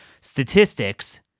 Statistics